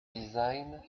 design